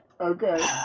okay